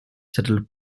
settled